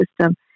system